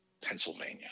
Pennsylvania